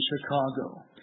Chicago